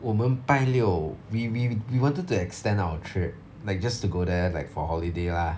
我们拜六 we we we wanted to extend our trip like just to go there like for holiday lah